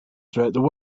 throughout